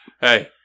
Hey